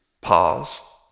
pause